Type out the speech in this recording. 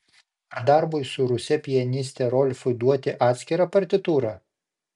ar darbui su ruse pianiste rolfui duoti atskirą partitūrą